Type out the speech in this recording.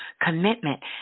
commitment